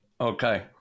Okay